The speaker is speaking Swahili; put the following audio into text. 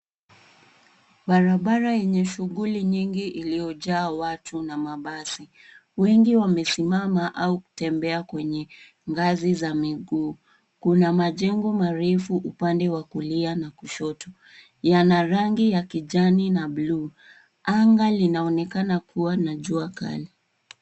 Barabara yenye shuguli nyingi iliyojaa watu na mabasi, wengi wamesimama au kutembea kwenye ngazi za miguu, kuna majengo marefu upande wa kulia na kushoto, yana rangi ya kijani na buluu, anga linaonekana kuwa na jua kali.